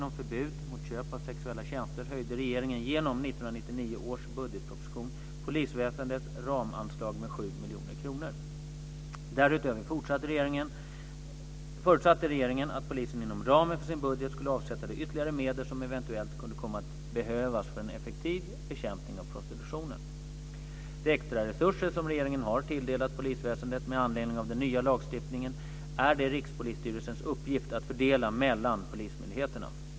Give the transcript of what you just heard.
om förbud mot köp av sexuella tjänster höjde regeringen genom 1999 års budgetproposition polisväsendets ramanslag med 7 miljoner kronor. Därutöver förutsatte regeringen att polisen inom ramen för sin budget skulle avsätta de ytterligare medel som eventuellt kunde komma att behövas för en effektiv bekämpning av prostitutionen. De extra resurser som regeringen har tilldelat polisväsendet med anledning av den nya lagstiftningen är det Rikspolisstyrelsens uppgift att fördela mellan polismyndigheterna.